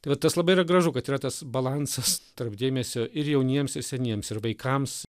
tai va tas labai yra gražu kad yra tas balansas tarp dėmesio ir jauniems ir seniems ir vaikams